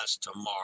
tomorrow